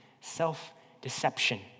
self-deception